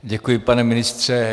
Děkuji, pane ministře.